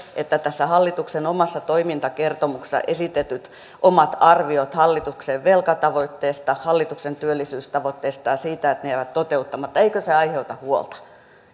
että tässä hallituksen omassa toimintakertomuksessa esitetyt omat arviot hallituksen velkatavoitteesta ja hallituksen työllisyystavoitteesta jäävät toteuttamatta eikö se aiheuta huolta